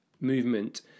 movement